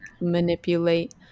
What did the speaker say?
manipulate